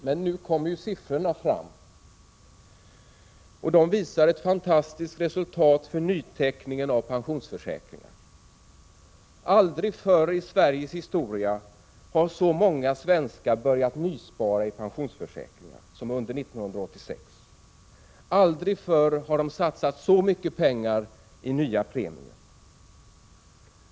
Men nu kommer siffrorna fram, och de visar ett fantastiskt resultat för nyteckningen av pensionsförsäkringar. Aldrig förr i Sveriges historia har så många svenskar börjat nyspara i pensionsförsäkringar som under 1986. Aldrig förr har de satsat så mycket pengar i nya premier.